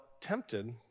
tempted